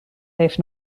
heeft